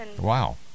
Wow